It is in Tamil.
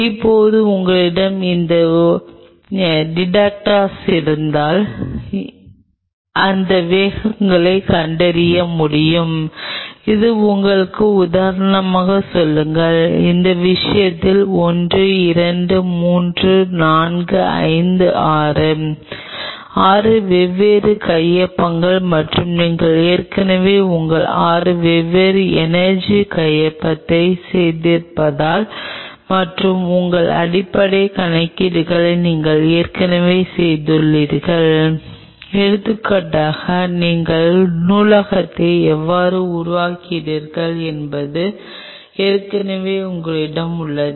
இப்போது உங்களிடம் இங்கே ஒரு டிடெக்டர் இருந்தால் அந்த வேகங்களைக் கண்டறிய முடியும் அது உங்களுக்கு உதாரணமாக சொல்லும் அந்த விஷயத்தில் 1 2 3 4 5 6 6 வெவ்வேறு கையொப்பங்கள் மற்றும் நீங்கள் ஏற்கனவே உங்கள் 6 வெவ்வேறு எனர்ஜி கையொப்பத்தை செய்திருந்தால் மற்றும் உங்கள் அடிப்படை கணக்கீடுகளை நீங்கள் ஏற்கனவே செய்துள்ளீர்கள் எடுத்துக்காட்டாக நீங்கள் நூலகத்தை எவ்வாறு உருவாக்குகிறீர்கள் என்பது ஏற்கனவே உங்களிடம் உள்ளது